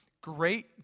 great